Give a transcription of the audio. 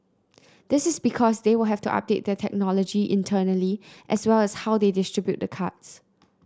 this is because they will have to update their technology internally as well as how they distribute the cards